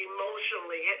Emotionally